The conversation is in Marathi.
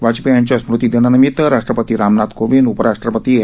वाजपेयी यांच्या स्मृतीदिनानिमीत राष्ट्रपती रामनाथ कोविंद उपराष्ट्रपती एम